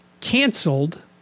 canceled